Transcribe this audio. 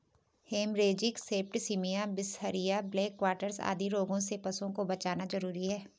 haemorrhagic septicaemia, बिसहरिया, black quarters आदि रोगों से पशुओं को बचाना जरूरी है